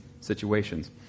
situations